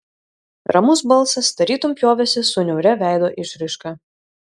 ramus balsas tarytum pjovėsi su niauria veido išraiška